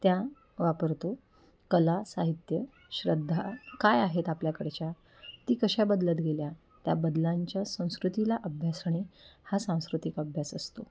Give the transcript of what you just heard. त्या वापरतो कला साहित्य श्रद्धा काय आहेत आपल्याकडच्या ती कशा बदलत गेल्या त्या बदलांच्या संस्कृतीला अभ्यास होणे हा सांस्कृतिक अभ्यास असतो